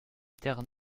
terre